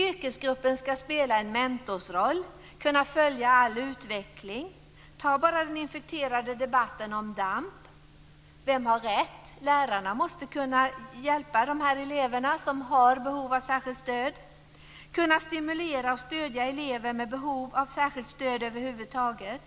Yrkesgruppen ska spela en mentorsroll och kunna följa all utveckling. Se bara på den infekterade debatten om DAMP! Vem har rätt? Lärarna måste kunna hjälpa de berörda elever som har behov av särskilt stöd och kunna stimulera och stödja elever med behov av särskilt stöd över huvud taget.